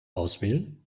auswählen